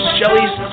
Shelly's